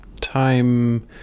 Time